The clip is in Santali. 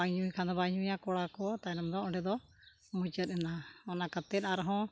ᱵᱟᱭ ᱧᱩᱭ ᱠᱷᱟᱱ ᱫᱚ ᱵᱟᱭ ᱧᱩᱭᱟ ᱠᱚᱲᱟ ᱠᱚ ᱛᱟᱭᱱᱚᱢ ᱫᱚ ᱚᱸᱰᱮ ᱫᱚ ᱢᱩᱪᱟᱹᱫ ᱮᱱᱟ ᱚᱱᱟ ᱠᱟᱛᱮᱫ ᱟᱨᱦᱚᱸ